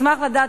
אשמח לדעת,